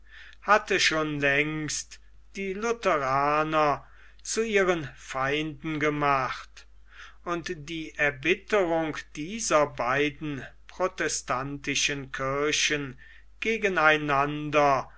hatte schon längst die lutheraner zu ihren feinden gemacht und die erbitterung dieser beiden protestantischen kirchen